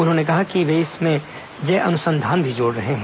उन्होंने कहा कि वे इसमें जय अनुसंधान भी जोड़ रहे हैं